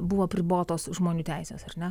buvo apribotos žmonių teisės ar ne